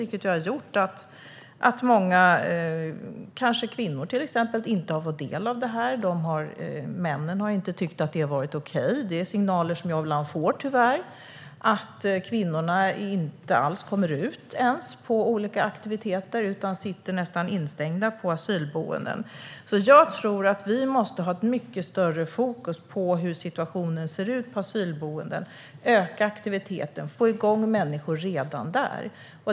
Till exempel har många kvinnor inte har fått del av det eftersom männen inte har tyckt att det är okej. Tyvärr får jag ibland signaler om att kvinnor inte alls kommer ut på aktiviteter utan sitter nästan instängda på asylboenden. Jag tror att vi måste ha ett mycket större fokus på hur situationen ser ut på asylboenden och öka aktiviteten och få igång människor redan där.